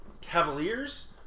Cavaliers